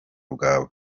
bwawe